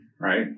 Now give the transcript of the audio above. right